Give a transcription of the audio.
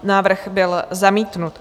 Návrh byl zamítnut.